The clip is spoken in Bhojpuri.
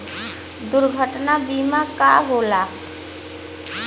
दुर्घटना बीमा का होला?